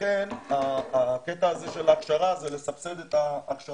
לכן הקטע הזה של ההכשרה זה לסבסד את ההכשרות